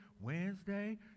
Wednesday